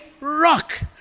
rock